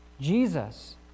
Jesus